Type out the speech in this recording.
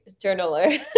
journaler